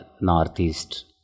northeast